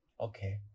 okay